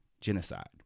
genocide